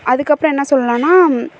அதுக்கு அப்புறம் என்ன சொல்லலான்னால்